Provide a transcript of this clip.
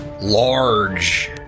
large